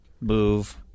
move